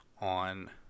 on